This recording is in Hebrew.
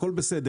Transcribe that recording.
הכול בסדר.